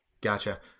Gotcha